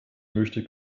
möchte